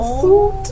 suit